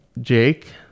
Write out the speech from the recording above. Jake